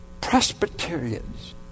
Presbyterians